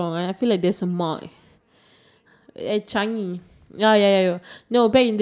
you know like the playground you know there was this one moment when I was younger obviously